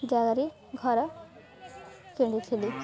ଜାଗାରେ ଘର କିଣିଥିଲି